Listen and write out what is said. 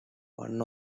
one